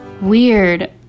Weird